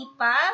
IPa